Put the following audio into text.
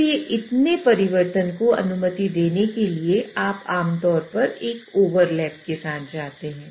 इसलिए इतने परिवर्तन को अनुमति देने के लिए आप आमतौर पर एक ओवरलैप के साथ जाते हैं